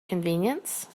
convenience